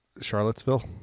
Charlottesville